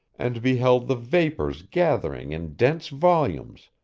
and beheld the vapors gathering in dense volumes,